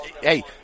Hey